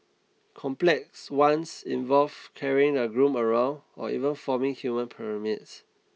complex ones involve carrying the groom around or even forming human pyramids